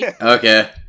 Okay